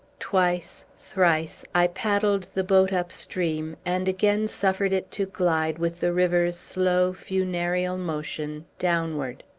twice, thrice, i paddled the boat upstream, and again suffered it to glide, with the river's slow, funereal motion, downward.